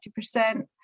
50%